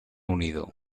unido